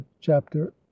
chapter